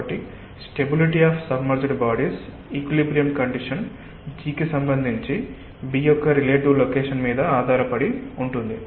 కాబట్టి stability of submerged bodies equilibrium condition G కి సంబంధించి B యొక్క రిలేటివ్ లొకేషన్ మీద ఆధారపడి ఉంటుంది